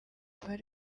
bari